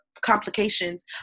complications